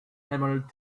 emerald